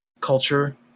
culture